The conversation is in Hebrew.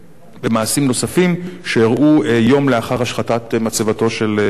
ובמעשים נוספים שאירעו יום לאחר השחתת מצבתו של ולנברג.